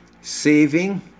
saving